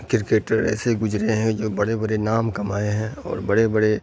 cricketer ایسے گزرے ہیں جو بڑے بڑے نام کمائے ہیں اور بڑے بڑے